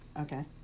Okay